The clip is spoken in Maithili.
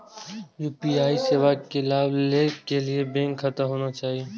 यू.पी.आई सेवा के लाभ लै के लिए बैंक खाता होना चाहि?